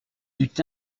eut